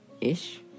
ish